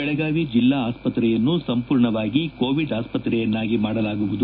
ಬೆಳಗಾವಿ ಜಿಲ್ಲಾ ಆಸ್ವತ್ರೆಯನ್ನು ಸಂಪೂರ್ಣವಾಗಿ ಕೋವಿಡ್ ಆಸ್ವತ್ರೆಯನ್ನಾಗಿ ಮಾಡಲಾಗುವುದು